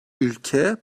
ülke